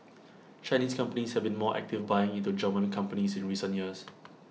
Chinese companies have been more active buying into German companies in recent years